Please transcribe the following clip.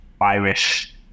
Irish